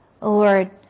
Lord